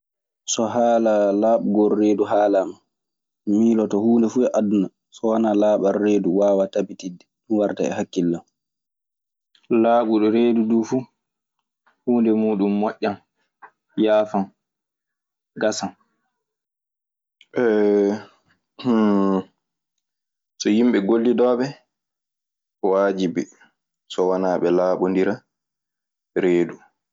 So haala laaɓugol reedu haalaama, mi miiloto huunde fu e aduna, so wana laaɓal reedu wawa tabitinde. Ɗun warta e hakillam. Laaɓuɗo reedu duu fu, huunde muuɗun moƴƴan, yaafan, gasan. So yimɓe gollidooɓe, waajibi so wanaa ɓe laaɓondira reedu.